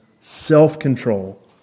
self-control